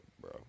bro